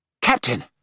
Captain